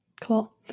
Cool